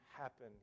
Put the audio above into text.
happen